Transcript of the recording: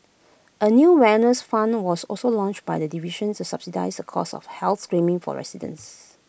A new wellness fund was also launched by the division to subsidise the cost of health screenings for residents